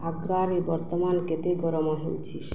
ଆଗ୍ରାରେ ବର୍ତ୍ତମାନ କେତେ ଗରମ ହେଉଛି